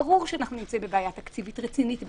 ברור שאנחנו נמצאים בבעיה תקציבית רצינית ביותר.